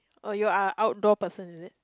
oh you are outdoor person is it